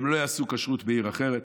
והם לא יעשו כשרות בעיר אחרת.